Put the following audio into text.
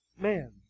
man